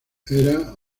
era